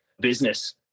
business